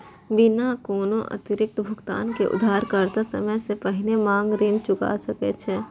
बिना कोनो अतिरिक्त भुगतान के उधारकर्ता समय सं पहिने मांग ऋण चुका सकै छै